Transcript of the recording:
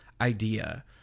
idea